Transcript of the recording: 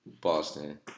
Boston